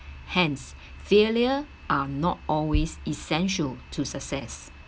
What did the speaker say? hence failure are not always essential to success